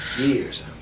Years